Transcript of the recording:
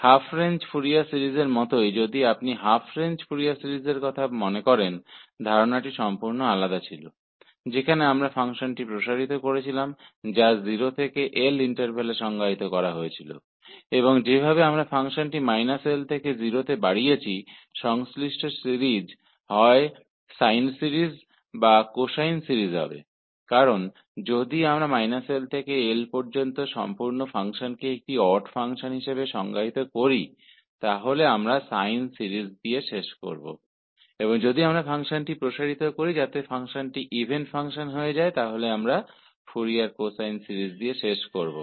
half range Fourier series के समान यदि आप हाफ रेंज फोरियर सीरीज को याद करते हैं तो आईडिया पूरी तरह से अलग था वहां हम फ़ंक्शन का विस्तार कर रहे थे जिसे 0 से l अंतराल में परिभाषित किया गया था और जिस तरह से हम −l से 0 में फ़ंक्शन का विस्तार करते हैं तो संबंधित सीरीज़ या तो साइन सीरीज़ या कोसाइन सीरीज़ दिखाई देगी क्योंकि यदि हम −l से l में परिभाषित पूरे फ़ंक्शन को एक ओड फ़ंक्शन के रूप में बनाते हैं तो हम साइन सीरीज़ के साथ समाप्त हो जाएंगे और यदि हम फ़ंक्शन का विस्तार इस तरह करते हैं ताकि फ़ंक्शन इवन फ़ंक्शन बन जाए तो हम फोरियर कोसाइन सीरीज़ के साथ समाप्त करेंगे